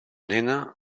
nena